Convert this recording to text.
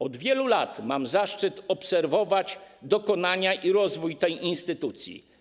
Od wielu lat mam zaszczyt obserwować dokonania i rozwój tej instytucji.